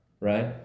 right